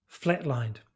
flatlined